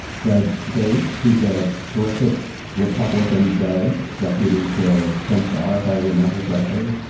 judge bates, who's a terrific republican judge, deputy to ken starr, if i remember correctly,